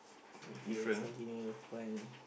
okay let us continue find